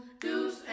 Deuce